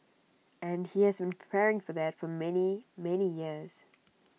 and he has preparing for that for many many years